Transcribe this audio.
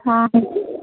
हँ